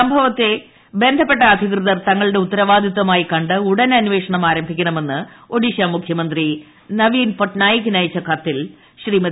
സംഭവത്തെ ബന്ധപ്പെട്ട അധികൃതർ തങ്ങളുടെ ഉത്തരവാദിത്തമായി കണ്ട് ഉടൻ അന്വേഷണമാരംഭിക്കണമെന്ന് ഒഡീഷ മുഖ്യമന്ത്രി നവീൻ പട്നായിക്കിന് അയച്ച കത്തിൽ ശ്രീമതി